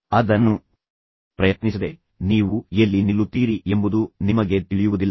ಅದನ್ನು ಪ್ರಯತ್ನಿಸದೆ ನೀವು ಎಲ್ಲಿ ನಿಲ್ಲುತ್ತೀರಿ ಎಂಬುದು ನಿಮಗೆ ತಿಳಿಯುವುದಿಲ್ಲ